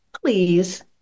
please